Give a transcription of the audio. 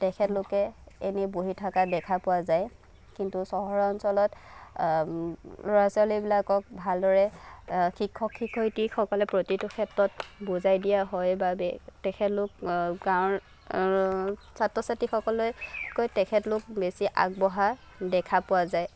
তেখেতলোকে এনেই বহি থকা দেখা পোৱা যায় কিন্তু চহৰ অঞ্চলত ল'ৰা ছোৱালীবিলাকক ভালদৰে শিক্ষক শিক্ষয়িত্ৰীসকলে প্ৰতিটো ক্ষেত্ৰত বুজাই দিয়া হয় বাবে তেখেতলোক গাঁৱৰ ছাত্ৰ ছাত্ৰীসকলতকৈ তেখেতলোক বেছি আগবঢ়া দেখা পোৱা যায়